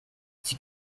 sie